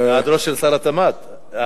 בהיעדרו של שר התמ"ת.